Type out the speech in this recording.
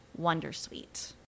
Wondersuite